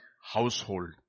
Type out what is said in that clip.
household